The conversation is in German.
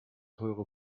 teure